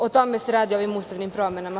O tome se radi u ovim ustavnim promenama.